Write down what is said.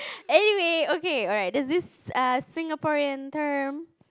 anyway okay alright there's this err Singaporean term